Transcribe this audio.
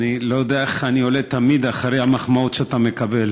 אני לא יודע איך אני עולה תמיד אחרי המחמאות שאתה מקבל.